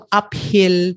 uphill